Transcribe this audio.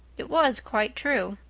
it was quite true.